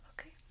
Okay